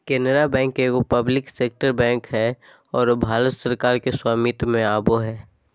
Canara bank एगो public sector bank हइ आरो भारत सरकार के स्वामित्व में आवो हइ